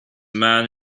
man